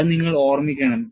അത് നിങ്ങൾ ഓർമ്മിക്കണം